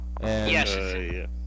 Yes